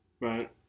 right